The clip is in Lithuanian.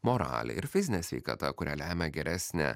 morale ir fizine sveikata kurią lemia geresnė